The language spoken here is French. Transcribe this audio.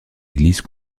église